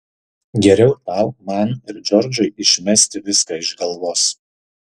geriau tau man ir džordžui išmesti viską iš galvos